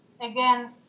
again